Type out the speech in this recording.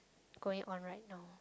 going on right now